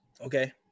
Okay